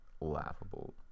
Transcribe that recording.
laughable